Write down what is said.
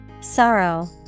Sorrow